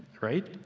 right